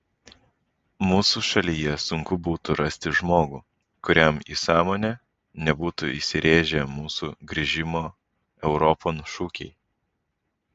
mūsų šalyje sunku būtų rasti žmogų kuriam į sąmonę nebūtų įsirėžę mūsų grįžimo europon šūkiai